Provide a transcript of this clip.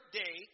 day